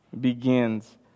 begins